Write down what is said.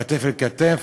כתף אל כתף,